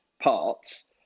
parts